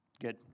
Good